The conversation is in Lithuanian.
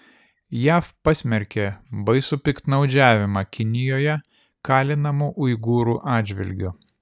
jav pasmerkė baisų piktnaudžiavimą kinijoje kalinamų uigūrų atžvilgiu